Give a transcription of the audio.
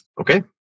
Okay